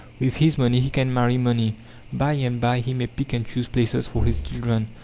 with his money he can marry money by and by he may pick and choose places for his children,